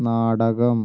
നാടകം